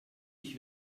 ich